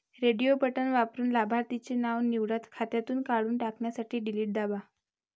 radio button वापरून लाभार्थीचे नाव निवडा, खात्यातून काढून टाकण्यासाठी डिलीट दाबा